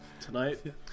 Tonight